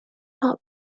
not